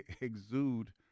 exude